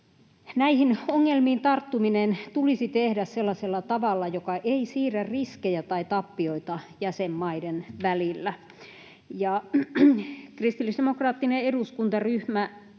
näihin ongelmiin tarttuminen tulisi tehdä sellaisella tavalla, joka ei siirrä riskejä tai tappioita jäsenmaiden välillä. Kristillisdemokraattinen eduskuntaryhmä